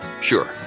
Sure